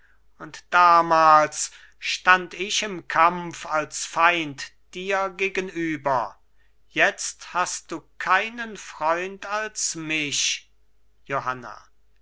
und damals stand ich im kampf als feind dir gegenüber jetzt hast du keinen freund als mich johanna